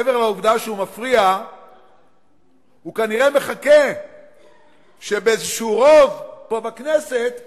מעבר לעובדה שהוא מפריע הוא כנראה מחכה שבאיזשהו רוב פה בכנסת נכריע,